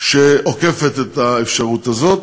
שעוקפת את האפשרות הזאת,